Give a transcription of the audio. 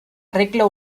regla